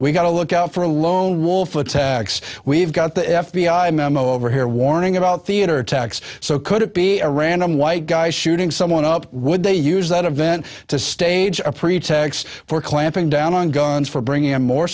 we got to look out for a lone wolf attacks we've got the f b i memo over here warning about theater attacks so could it be a random white guy shooting someone up would they use that event to stage a pretext for clamping down on guns for bringing in more